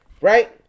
Right